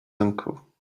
uncle